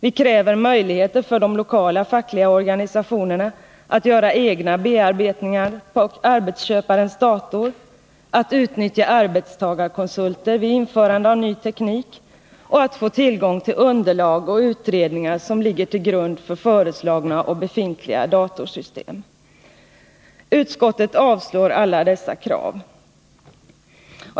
Vi kräver möjligheter för de lokala fackliga organisationerna att göra egna bearbetningar på arbetsköparens dator, att utnyttja arbetstagarkonsulter vid införande av ny teknik och att få tillgång till underlag och utredningar som ligger till grund för föreslagna och befintliga 133 Utskottet avstyrker alla dessa krav.